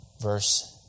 verse